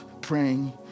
praying